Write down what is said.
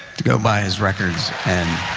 to go by his records and